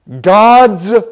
God's